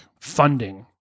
funding